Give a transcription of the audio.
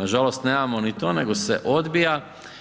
Nažalost nemamo ni to nego se odbija